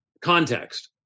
context